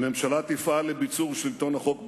הממשלה תפעל לביצור שלטון החוק בישראל.